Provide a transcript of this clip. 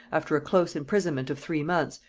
after a close imprisonment of three months,